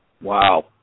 Wow